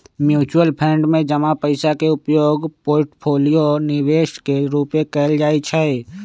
mutual fund में जमा पइसा के उपयोग पोर्टफोलियो निवेश के रूपे कएल जाइ छइ